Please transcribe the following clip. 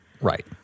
Right